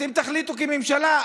ואתם תחליטו כממשלה,